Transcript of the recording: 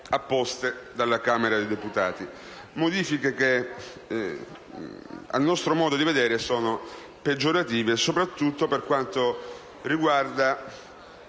apportate dalla Camera dei deputati, modifiche che, a nostro modo di vedere, sono peggiorative soprattutto per quanto riguarda